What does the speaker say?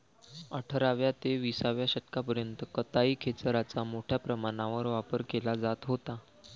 अठराव्या ते विसाव्या शतकापर्यंत कताई खेचराचा मोठ्या प्रमाणावर वापर केला जात होता